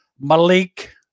Malik